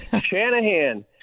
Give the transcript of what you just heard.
Shanahan